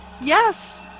yes